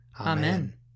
Amen